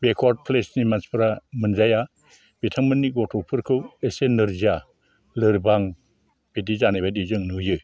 backward place नि मानसिफ्रा मोनजाया बिथांमोननि गथ'फोरखौ एसे नोरजिया लोरबां बिदि जानाय बायदि जों नुयो